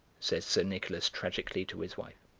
said sir nicholas tragically to his wife.